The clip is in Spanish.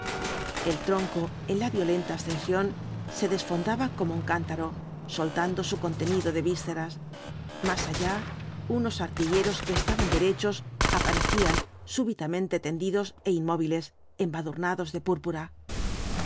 el tronco en la violenta ascensión se desfondaba como un cántaro soltando su contenido de visceras más allá unos artilleros que estaban derechos aparecían súbitamente tendidos é inmóviles embadurnados de púrpura